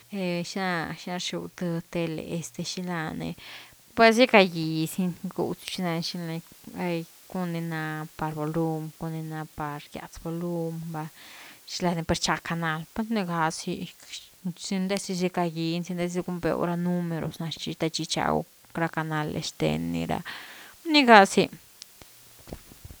Xina-xina rxiu th tel, este xila ni pues gickagizini, gigwiu siu xina gy, xina gy, cun ni na par volum cun ni na par giatz volum va, xila ni par gichag canal, pat ni ga zi, sindes dis gickagini sindes dis gun’veu ra números na th chi gichagu ra canales xten ni ra, ni gaá’zi.